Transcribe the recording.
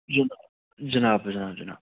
جِناب جِناب جِناب جِناب